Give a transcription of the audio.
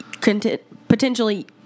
potentially